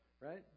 right